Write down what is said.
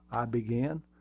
i began.